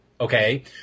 Okay